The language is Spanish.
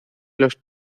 los